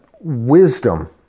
wisdom